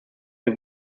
wir